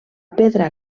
pedra